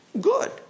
good